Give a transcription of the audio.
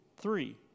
Three